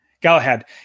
Galahad